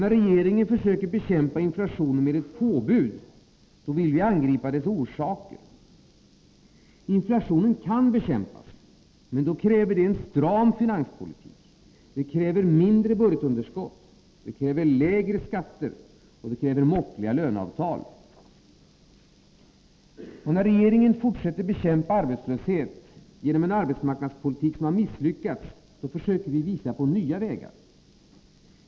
När regeringen försöker bekämpa inflationen med ett påbud, vill vi angripa dess orsaker. Inflationen kan bekämpas, men det kräver en stram finanspolitik, mindre budgetunderskott, lägre skatter och måttliga löneavtal. När regeringen fortsätter att bekämpa arbetslösheten genom en arbetsmarknadspolitik som har misslyckats, försöker vi visa på nya vägar.